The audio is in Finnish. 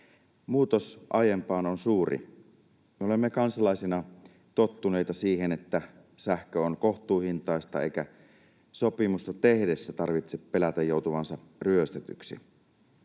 Muutos aiempaan on suuri. Me olemme kansalaisina tottuneita siihen, että sähkö on kohtuuhintaista eikä sopimusta tehdessä tarvitse pelätä joutuvansa ryöstetyksi.